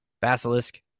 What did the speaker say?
Basilisk